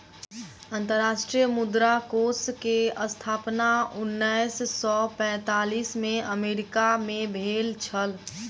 अंतर्राष्ट्रीय मुद्रा कोष के स्थापना उन्नैस सौ पैंतालीस में अमेरिका मे भेल छल